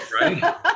Right